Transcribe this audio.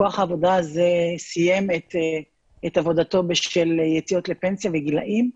כוח העבודה הזה סיים את עבודתו ביציאות לפנסיה וגילאים,